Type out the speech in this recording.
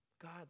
God